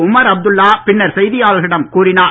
Umar Abdullah பின்னர் செய்தியாளர்களிடம் கூறினார்